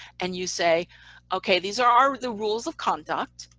and you say okay these are are the rules of conduct,